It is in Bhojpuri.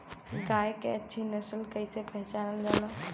गाय के अच्छी नस्ल कइसे पहचानल जाला?